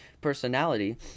personality